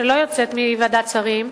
שלא יוצאת מוועדת שרים,